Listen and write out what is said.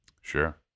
Sure